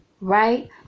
Right